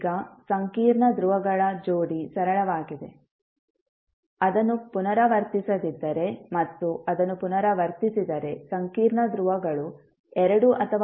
ಈಗ ಸಂಕೀರ್ಣ ಧ್ರುವಗಳ ಜೋಡಿ ಸರಳವಾಗಿದೆ ಅದನ್ನು ಪುನರಾವರ್ತಿಸದಿದ್ದರೆ ಮತ್ತು ಅದನ್ನು ಪುನರಾವರ್ತಿಸಿದರೆ ಸಂಕೀರ್ಣ ಧ್ರುವಗಳು ಎರಡು ಅಥವಾ ಬಹು ಧ್ರುವಗಳನ್ನು ಹೊಂದಿರುತ್ತವೆ